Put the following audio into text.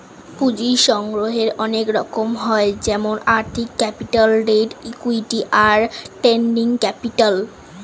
পুঁজির সংগ্রহের অনেক রকম হয় যেমন আর্থিক ক্যাপিটাল, ডেট, ইক্যুইটি, আর ট্রেডিং ক্যাপিটাল